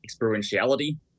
experientiality